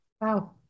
Wow